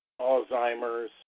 Alzheimer's